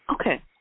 Okay